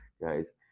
guys